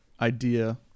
idea